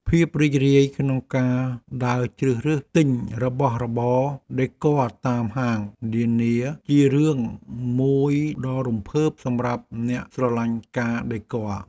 ភាពរីករាយក្នុងការដើរជ្រើសរើសទិញរបស់របរដេគ័រតាមហាងនានាជារឿងមួយដ៏រំភើបសម្រាប់អ្នកស្រឡាញ់ការដេគ័រ។